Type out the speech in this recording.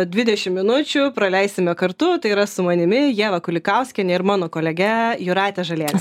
dvidešim minučių praleisime kartu tai yra su manimi ieva kulikauskiene ir mano kolegė jūrate žaliene